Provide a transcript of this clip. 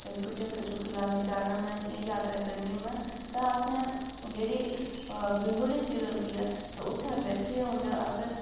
चक्कर चुक्कर लाने गी जाना होऐ में जियां जात्तरां करनी ओ में तां असें जेह्ड़ी विंडो आह्ली सीट होंदी ऐ ते उत्थें बैठियै होंदा अस